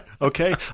Okay